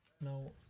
no